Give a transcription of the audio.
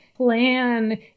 plan